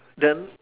then